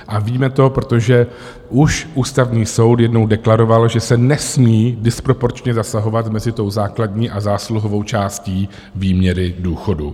A víme to, protože už Ústavní soud jednou deklaroval, že se nesmí disproporčně zasahovat mezi tou základní a zásluhovou částí výměry důchodu.